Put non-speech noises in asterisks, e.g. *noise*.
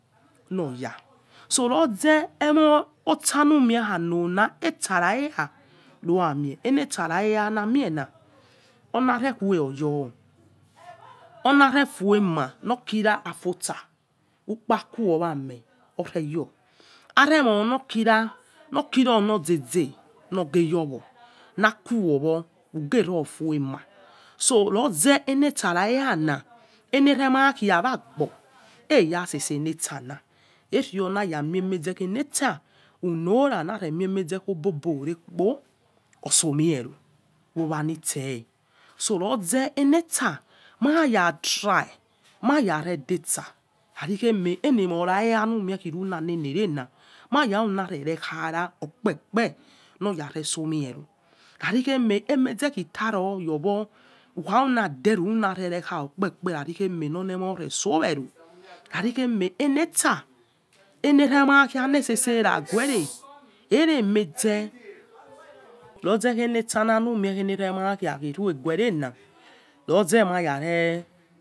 Noyal so loze emo oja lumie kha lona aisa ra aiya na mie una aisa ra aiya na regwue oyo ola refoaima oyo afuosa lukpa kuoyame oreyo. Aremoi nokim lokiri olozeze loghe yowo na khu yowo ughero fo'aima. So noghe ele sa ra'aiya na, elerema khai wagbo aiya itsese na'sana waya mai maze ulorira nare mai maze obobo rera kpo orso urie owa nise so roze ele'sa mal ya tay monya re de'sa, elemoraya lumen khilele rena, monya rekhaira opepe loya re somiero khari khare enreze ita ao yowo ukhaila dero opepe kheuri kheme lo lemo resol we'ego *noise* khair khenie aile'sa elerema khou le itsese ra ghuere, *noise* iremeze *noise* loze ailesa eterema klou ereghuere na. *unintelligible*